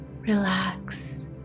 relax